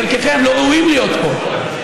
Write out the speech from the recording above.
חלקכם לא ראויים להיות פה.